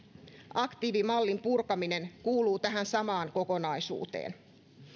aktiivimallin purkaminen kuuluu tähän samaan kokonaisuuteen